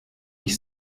ich